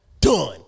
done